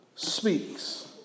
Speaks